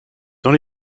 dans